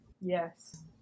Yes